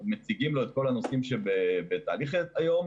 מציגים לו את כל הנושאים שבתהליך היום.